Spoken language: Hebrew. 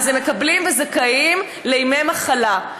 הם מקבלים וזכאים לימי מחלה.